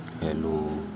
Hello